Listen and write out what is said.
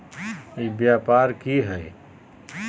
ई व्यापार की हाय?